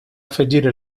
afegir